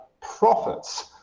profits